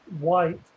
white